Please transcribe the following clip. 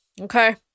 Okay